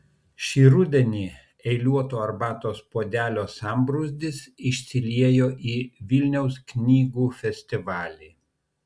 šį rudenį eiliuoto arbatos puodelio sambrūzdis išsiliejo į vilniaus knygų festivalį